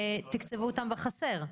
תקצבו אותם בחסר.